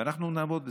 ואנחנו נעמוד בזה.